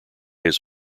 his